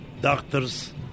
Doctors